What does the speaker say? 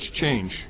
change